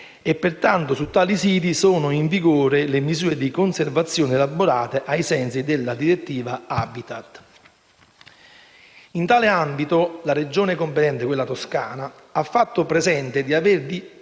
e pertanto su tali siti sono in vigore le misure di conservazione elaborate ai sensi della direttiva Habitat. La Regione Toscana, competente in tale ambito, ha fatto presente di aver